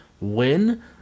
win